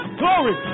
glory